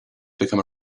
become